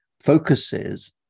focuses